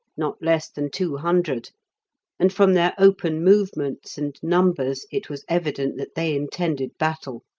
not less than two hundred and from their open movements and numbers it was evident that they intended battle.